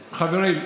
חברים,